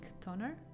toner